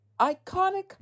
iconic